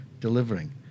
delivering